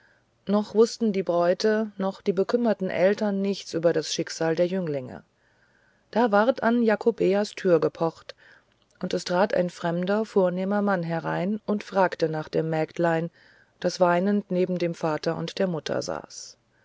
noch wußten die bräute noch die bekümmerten eltern nichts über das schicksal der jünglinge da ward an jakobeas tür gepocht und es trat ein fremder vornehmer mann herein und fragte nach dem mägdlein das weinend neben dem vater und der mutter saß